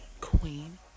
Queen